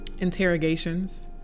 interrogations